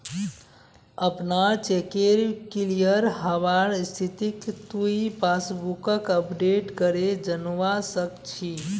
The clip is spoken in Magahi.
अपनार चेकेर क्लियर हबार स्थितिक तुइ पासबुकक अपडेट करे जानवा सक छी